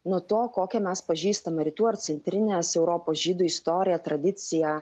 nuo to kokią mes pažįstam rytų ar centrinės europos žydų istoriją tradiciją